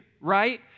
right